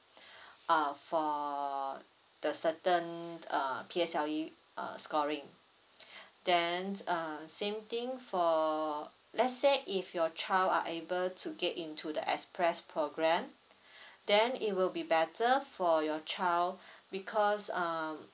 ah for the certain uh P_S_L_E uh scoring then uh same thing for let's say if your child are able to get into the express programme then it will be better for your child because um